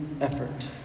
effort